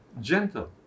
Gentle